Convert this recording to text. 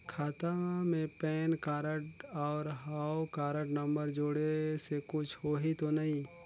खाता मे PAN card और हव कारड नंबर जोड़े से कुछ होही तो नइ?